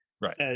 Right